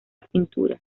pintura